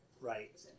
right